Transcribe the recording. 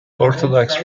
orthodox